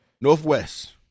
Northwest